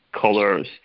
colors